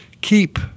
keep